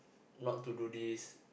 not to do this